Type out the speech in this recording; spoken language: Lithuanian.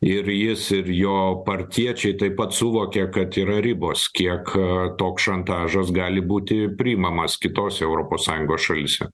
ir jis ir jo partiečiai taip pat suvokia kad yra ribos kiek toks šantažas gali būti priimamas kitose europos sąjungos šalyse